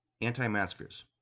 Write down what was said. Anti-maskers